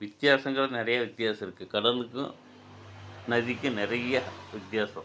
வித்தியாசங்கள் நிறைய வித்தியாசம் இருக்குது கடலுக்கும் நதிக்கும் நிறைய வித்தியாசம்